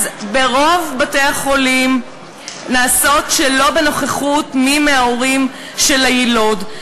וברוב בתי-החולים הבדיקות נעשות שלא בנוכחות מי מההורים של היילוד.